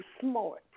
smart